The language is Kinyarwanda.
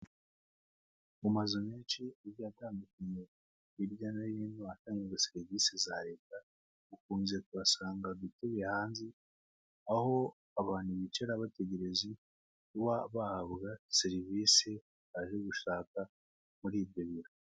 Mu mazu menshi agiye atandukanye hirya no hino ahatangirwa serivisi za leta ukunze kubhasanga udutebe hanze aho abantu bicara bategereza kuba bahabwa serivisi baje gushaka muri ibyo biro.